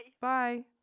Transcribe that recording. bye